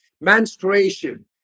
menstruation